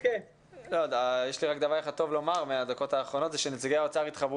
יש לי רק דבר אחד טוב מהדקות האחרונות והוא שנציגי האוצר מתחברים